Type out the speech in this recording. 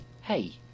Hey